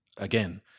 Again